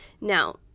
Now